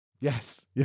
Yes